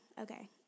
Okay